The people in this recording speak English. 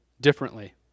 differently